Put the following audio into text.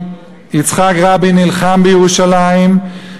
יצחק רבין נלחם בירושלים,